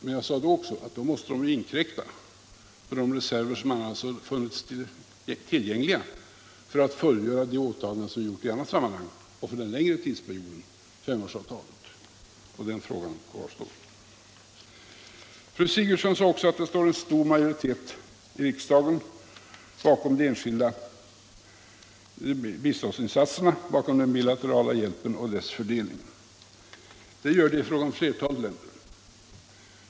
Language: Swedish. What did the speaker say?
Men jag sade också att det måste inkräkta på de reserver som funnits tillgängliga för att fullgöra åtaganden vi gjort i andra sammanhang och för en längre tidsperiod, under femårsavtalet. Den frågan kvarstår. Fru Sigurdsen sade också att det finns en stor majoritet i riksdagen bakom de enskilda biståndsinsatserna, bakom den bilaterala hjälpen och dess fördelning. Det gäller för flertalet länder.